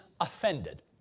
offended